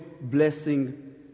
blessing